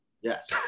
Yes